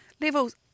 levels